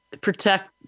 protect